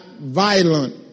violent